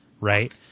right